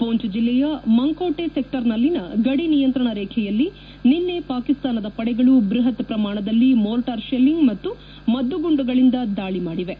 ಮೂಂಚ್ ಜಿಲ್ಲೆಯ ಮಂಕೋಟೆ ಸೆಕ್ಷರ್ನಲ್ಲಿನ ಗಡಿ ನಿಯಂತ್ರಣ ರೇಖೆಯಲ್ಲಿ ನಿನ್ನೆ ಪಾಕಿಸ್ತಾನದ ಪಡೆಗಳು ಬ್ಲಹತ್ ಪ್ರಮಾಣದಲ್ಲಿ ಮೋರ್ಟಾರ್ ಶೆಲ್ಲಿಂಗ್ ಮತ್ತು ಮದ್ದುಗುಂಡುಗಳಿಂದ ದಾಳಿ ಮಾಡಿವೆ